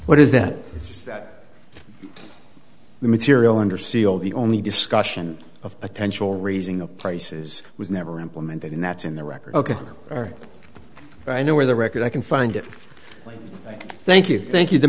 that is that the material under seal the only discussion of potential raising of prices was never implemented and that's in the record ok or i know where the record i can find it thank you thank you the